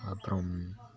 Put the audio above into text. அப்புறம்